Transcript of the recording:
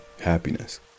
happiness